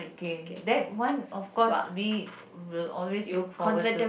okay that one of course we will always look forward to